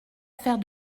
faire